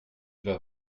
vas